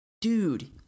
dude